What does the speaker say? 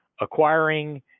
acquiring